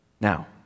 Now